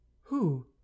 Who